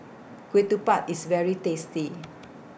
Ketupat IS very tasty